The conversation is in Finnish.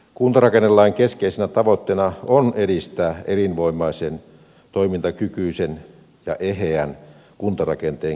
kuntarakennelain keskeisenä tavoitteena on edistää elinvoimaisen toimintakykyisen ja eheän kuntarakenteen kehittymistä